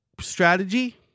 strategy